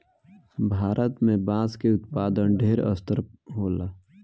भारत में बांस के उत्पादन ढेर स्तर होला